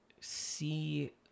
see